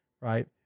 right